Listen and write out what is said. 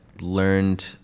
learned